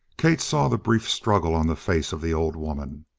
kate saw the brief struggle on the face of the old woman.